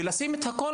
כמה,